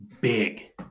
big